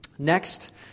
Next